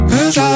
Cause